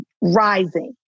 rising